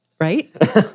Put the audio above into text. right